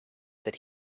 that